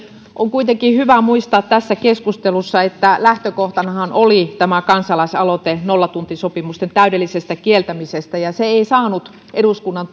on kuitenkin hyvä muistaa tässä keskustelussa että lähtökohtanahan oli kansalaisaloite nollatuntisopimusten täydellisestä kieltämisestä ja se ei saanut eduskunnan